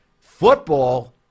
Football